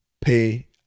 pay